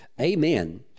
Amen